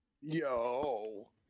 yo